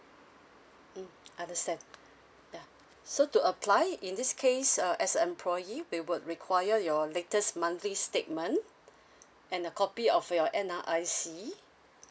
mm understand ya so to apply in this case uh as a employee we would require your latest monthly statement and a copy of your N_R_I_C